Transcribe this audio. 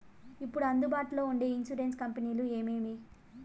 ఇప్పుడు అందుబాటులో ఉండే ఇన్సూరెన్సు కంపెనీలు ఏమేమి?